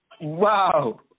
Wow